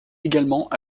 également